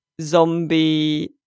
zombie